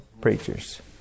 preachers